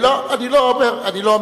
לא, אני לא אומר.